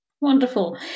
wonderful